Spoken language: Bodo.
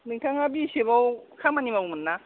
नोंथाङा बि एस एफ आव खामानि मावोमोन ना